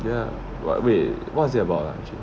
ya but wait what is it about ah actually